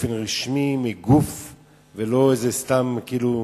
באופן רשמי, מגוף, ולא איזה סתם, כאילו,